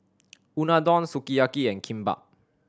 Unadon Sukiyaki and Kimbap